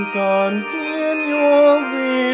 continually